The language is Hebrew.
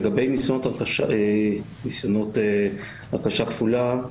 לגבי ניסיונות הרכשה כפולה,